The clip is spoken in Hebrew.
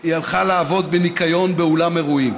היא הלכה לעבוד בניקיון באולם אירועים.